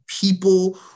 people